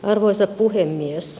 arvoisa puhemies